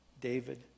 David